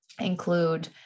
include